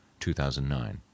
2009